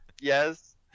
Yes